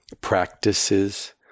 practices